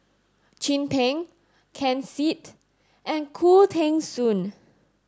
Chin Peng Ken Seet and Khoo Teng Soon